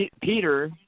Peter